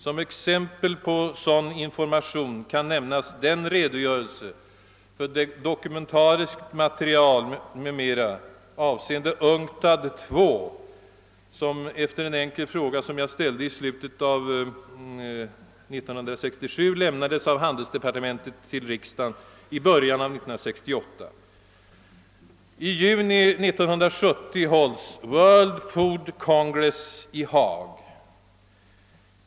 Som exempel på sådan information kan nämnas den redogörelse för dokumentariskt material m.m. avseende UNCTAD II, som — efter en enkel fråga som jag ställde i slutet av 1967 — lämnades av handelsdepartementet till riksdagen i början av 1968. I juni 1970 hålls World Food Congress i Haag.